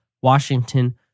Washington